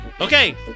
Okay